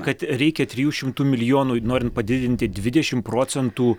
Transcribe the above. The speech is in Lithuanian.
kad reikia trijų šimtų milijonų norint padidinti dvidešimt procentų